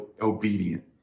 obedient